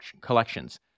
collections